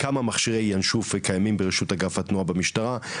כמה מכשירי ינשוף קיימים ברשות אגף התחבורה במשטרה,